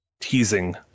teasing